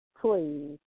Please